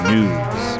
News